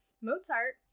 Mozart